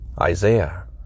Isaiah